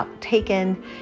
taken